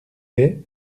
laid